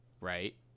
right